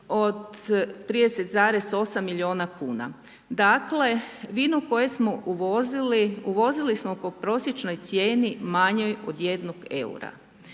od 30,8 milijuna kuna. Dakle vino koje smo uvozili uvozili smo po prosječnoj cijeni manjoj od 1 eura.